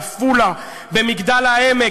שב במקומך.